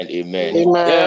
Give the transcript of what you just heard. amen